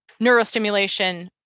neurostimulation